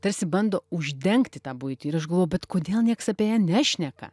tarsi bando uždengti tą buitį ir aš galvoju bet kodėl niekas apie ją nešneka